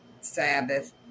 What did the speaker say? Sabbath